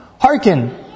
Hearken